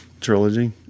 trilogy